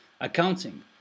accounting